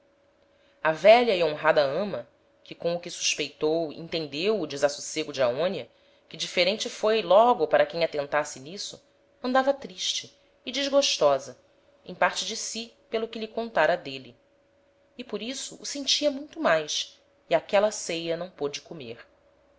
a velha e honrada ama que com o que suspeitou entendeu o desassocego de aonia que diferente foi logo para quem atentasse n'isso andava triste e desgostosa em parte de si pelo que lhe contara d'êle e por isso o sentia muito mais e áquela ceia não pôde comer